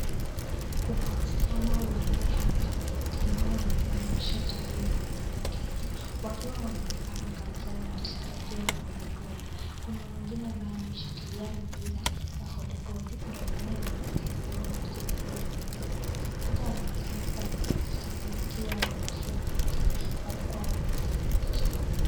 Kuna wasichana wanne hapa, ambao wamevaa mashati ambayo imeandikwa Kenya. Wakiwa wanaonekana kabisa ni wanachezaji wa voliboli. Kuna mwingine ambaye ameshikilia mpira ya voliboli, ndio maana inaonekana wao ni wachezaji wa voliboli. Wote wanaonekana kuwa na tabasamu, wakiwa wanajua kabisa walikuwa wanapiga picha.